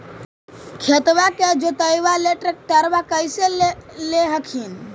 खेतबा के जोतयबा ले ट्रैक्टरबा कैसे ले हखिन?